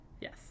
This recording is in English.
Yes